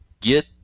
get